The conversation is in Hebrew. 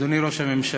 אדוני ראש הממשלה,